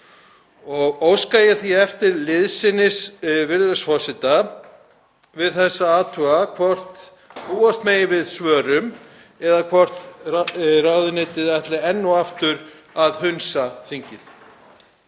Ég óska því eftir liðsinni virðulegs forseta við að athuga hvort búast megi við svörum eða hvort ráðuneytið ætli enn og aftur að hunsa þingið.